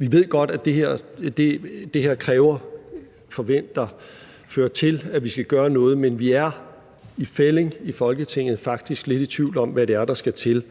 at vi godt ved, at det forventes at føre til, at vi skal gøre noget, men vi er i fællig i Folketinget faktisk lidt i tvivl om, hvad det er, der skal til.